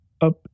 up